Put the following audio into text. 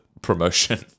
Promotion